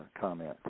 comment